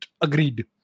agreed